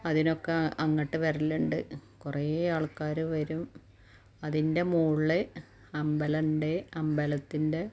അതിനൊക്ക അങ്ങോട്ട് വരലുണ്ട് കുറേ ആൾക്കാർ വരും അതിൻ്റെ മോളിൽ അമ്പലം ഉണ്ട് അമ്പലത്തിൻ്റെ